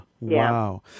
Wow